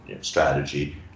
strategy